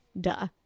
Duh